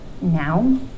now